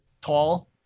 tall